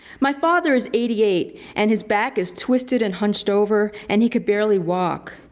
my father is eighty-eight and his back is twisted and hunched over and he could barely walk.